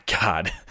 god